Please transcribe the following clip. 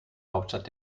hauptstadt